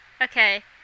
okay